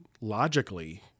logically